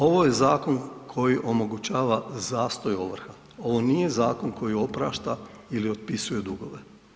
Ovo je zakon koji omogućava zastoj ovrha, ovo nije zakon koji oprašta ili otpisuje dugove.